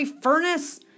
furnace